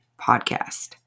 podcast